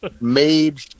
Made